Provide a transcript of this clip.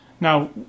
Now